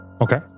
Okay